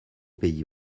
pays